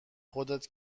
خودت